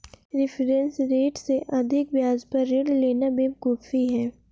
reference rate से अधिक ब्याज पर ऋण लेना बेवकूफी है